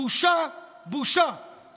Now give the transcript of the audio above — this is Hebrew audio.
בושה, בושה, בושה.